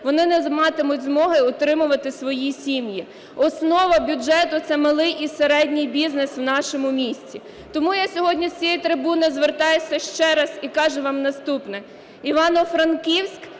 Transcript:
вони не матимуть змоги утримувати свої сім'ї. Основна бюджету – це малий і середній бізнес в нашому місті. Тому я сьогодні з цієї трибуни звертаюся ще раз і кажу вам наступне: